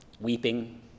weeping